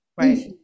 right